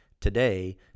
today